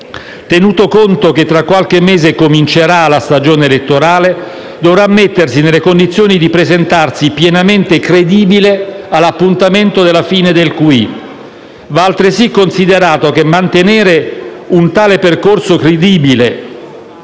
tenuto conto che tra qualche mese comincerà la stagione elettorale, dovrà mettersi nelle condizioni di presentarsi pienamente credibile all'appuntamento della fine del QE. Va altresì considerato che mantenere un tale percorso credibile,